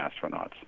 astronauts